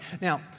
Now